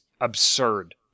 absurd